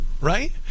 Right